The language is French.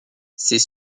ces